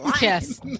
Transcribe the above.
yes